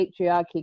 patriarchy